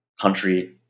country